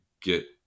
get